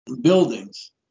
buildings